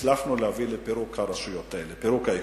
והצלחנו להביא לפירוק הרשויות האלה, פירוק האיחוד.